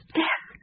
death